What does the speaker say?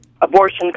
abortion